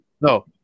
No